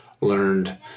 learned